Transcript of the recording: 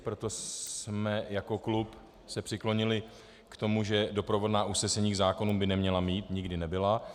Proto jsme se jako klub přiklonili k tomu, že doprovodná usnesení k zákonům by neměla být, nikdy nebyla.